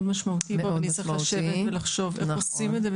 משמעותי וצריך לחשוב איך עושים את זה,